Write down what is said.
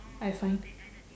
I find